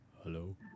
Hello